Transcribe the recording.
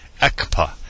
ECPA